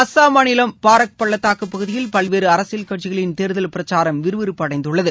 அஸ்ஸாம் மாநிலம் பாரக் பள்ளத்தாக்கு பகுதியில் பல்வேறு அரசியல் கட்சிகளின் தேர்தல் பிரச்சாரம் விறுவிறுப்பு அடைந்துள்ளது